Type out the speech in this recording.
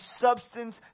substance